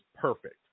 perfect